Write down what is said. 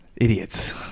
Idiots